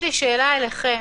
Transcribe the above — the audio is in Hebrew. שאלה אליכם.